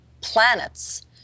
planets